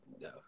no